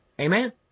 Amen